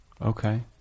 Okay